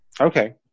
Okay